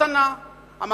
הם